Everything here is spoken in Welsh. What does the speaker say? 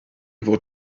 fod